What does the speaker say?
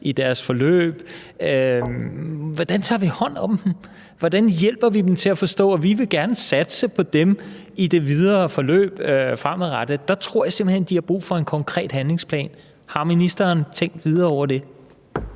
i deres forløb. Hvordan tager vi hånd om dem? Hvordan hjælper vi dem til at forstå, at vi gerne vil satse på dem i det videre forløb? Der tror jeg simpelt hen, de har brug for en konkret handlingsplan. Har ministeren tænkt videre over det?